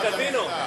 לקזינו.